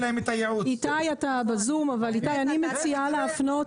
איתי, אתה בזום אבל אני מציעה להפנות